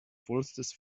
vollstes